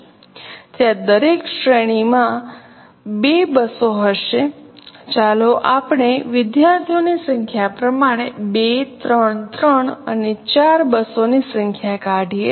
ત્યાં દરેક શ્રેણી માટે 2 બસો હશે ચાલો આપણે વિદ્યાર્થીઓની સંખ્યા પ્રમાણે 2 3 3 અને 4 બસોની સંખ્યા કાઢીએ